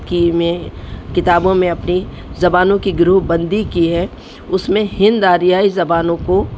کی میں کتابوں میں اپنی زبانوں کی گروپ بندی کی ہے اس میں ہند آریائی زبانوں کو